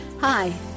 Hi